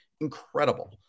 incredible